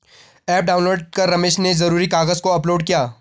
app download कर रमेश ने ज़रूरी कागज़ को अपलोड किया